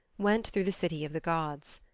went through the city of the gods.